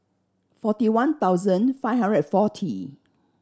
forty one thousand five hundred forty